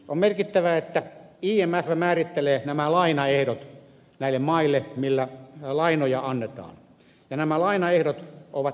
on merkittävää että imf määrittelee näille maille nämä lainaehdot joilla lainoja annetaan ja nämä lainaehdot ovat erittäin tiukat